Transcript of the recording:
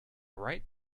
right